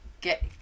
get